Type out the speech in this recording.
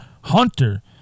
Hunter